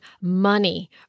money